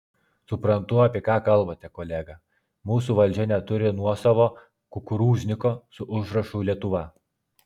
suprantu apie ką kalbate kolega mūsų valdžia neturi nuosavo kukurūzniko su užrašu lietuva